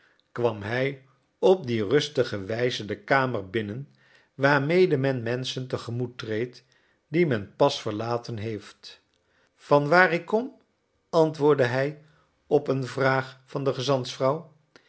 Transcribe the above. kwam hij op die rustige wijze de kamer binnen waarmede men menschen te gemoet treedt die men pas verlaten heeft van waar ik kom antwoordde hij op een vraag van de